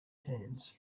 cans